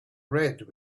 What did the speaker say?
red